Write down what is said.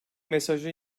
mesajı